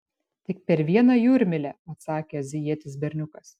tik per vieną jūrmylę atsakė azijietis berniukas